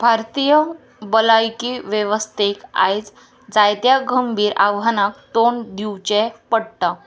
भारतीय भलायकी वेवस्थेक आयज जायत्या गंभीर आव्हानाक तोंड दिवचें पडटा